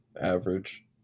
average